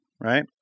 right